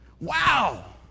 Wow